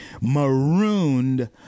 marooned